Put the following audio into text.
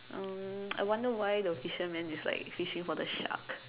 um I wonder why the fisherman is like fishing for the shark